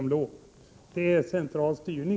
Även detta är en form av central styrning.